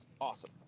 Awesome